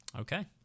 Okay